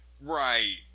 right